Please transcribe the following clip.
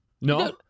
No